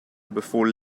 before